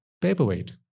paperweight